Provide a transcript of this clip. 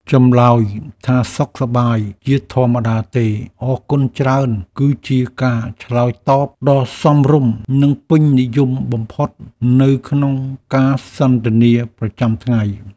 ចម្លើយថាសុខសប្បាយជាធម្មតាទេអរគុណច្រើនគឺជាការឆ្លើយតបដ៏សមរម្យនិងពេញនិយមបំផុតនៅក្នុងការសន្ទនាប្រចាំថ្ងៃ។